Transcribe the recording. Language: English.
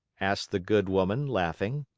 asked the good woman, laughing.